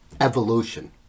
evolution